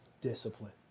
discipline